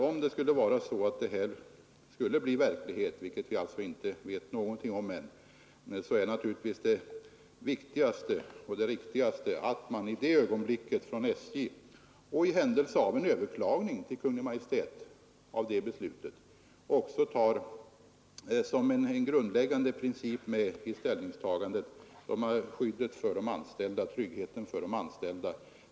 Om förslaget skulle bli verklighet, vilket vi alltså ännu inte vet någonting om, är det viktigaste och riktigaste naturligtvis att SJ — eller Kungl. Maj:t, om beslutet överklagas — som en grundläggande princip vid ställningstagandet har skyddet av och tryggheten för de anställda.